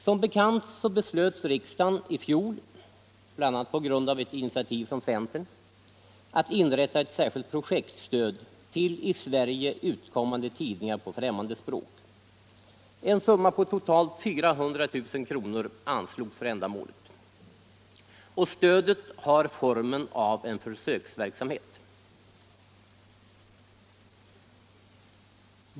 Som bekant beslöt riksdagen i fjol, bl.a. på grund av ett initiativ från centern, att inrätta ett särskilt projektstöd till i Sverige utkommande tidningar på främmande språk. En summa på totalt 400 000 kr. anslogs för ändamålet, och stödet har formen av en försöksverksamhet.